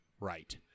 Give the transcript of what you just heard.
right